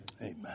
Amen